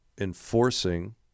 enforcing